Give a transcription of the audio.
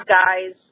guys